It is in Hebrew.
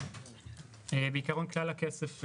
בעיקרון כלל הכסף,